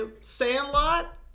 Sandlot